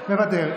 מוותר.